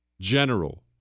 General